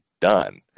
done